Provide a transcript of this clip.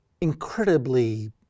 incredibly